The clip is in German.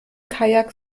kajak